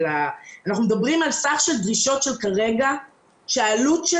אנחנו מדברים על סך של דרישות בעלות כוללת